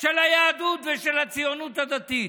של היהדות ושל הציונות הדתית.